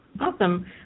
Awesome